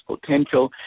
potential